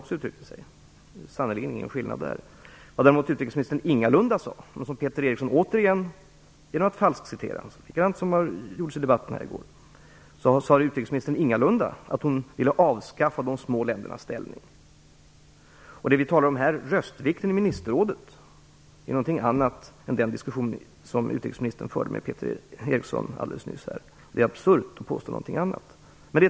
Det är sannerligen ingen skillnad där! Vad utrikesministern däremot ingalunda sade men som Peter Eriksson återigen hävdar - genom att falskcitera, precis som gjordes i debatten här i går - att hon ville avskaffa de små ländernas ställning. Röstvikten i ministerrådet, som vi talar om här, är något annat än den diskussion som utrikesministern förde med Peter Eriksson alldeles nyss här. Det vore absurt att påstå någonting annat.